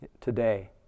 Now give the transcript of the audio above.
today